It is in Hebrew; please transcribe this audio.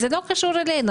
זה לא קשור אלינו.